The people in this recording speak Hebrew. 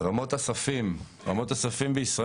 רמות הספים בישראל,